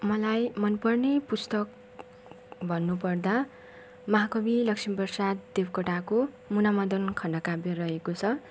मलाई मन पर्ने पुस्तक भन्नु पर्दा महाकवि लक्ष्मीप्रसाद देवकोटाको मुना मदन खण्डकाव्य रहेको छ